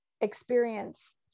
experience